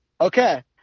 okay